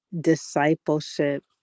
discipleship